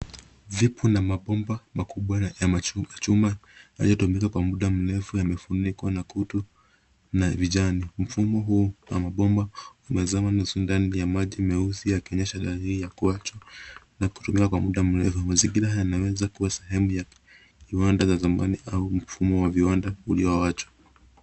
Vipu na mabomba makubwa ya chuma yaliyotumika kwa muda mrefu yamefunikwa na kutu na vijani. Mfumo huu wa mabomba umezama nusu ndani ya maji meusi, yakionyesha dalili ya kuachwa na kutumiwa kwa mda mrefu. Mazingira yanaweza kua sehemu ya viwanda za zamani au mfumo wa viwanda ulioachwa.